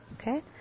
Okay